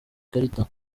ikarita